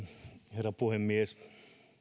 herra puhemies